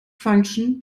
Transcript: function